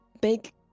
big